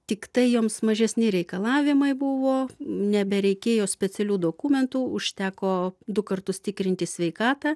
tiktai joms mažesni reikalavimai buvo nebereikėjo specialių dokumentų užteko du kartus tikrintis sveikatą